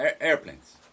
airplanes